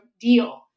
deal